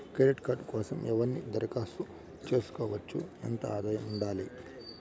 Credit card కోసం ఎవరు దరఖాస్తు చేసుకోవచ్చు? ఎంత ఆదాయం ఉండాలి?